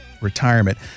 retirement